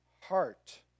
heart